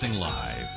Live